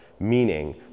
meaning